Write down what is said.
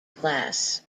glass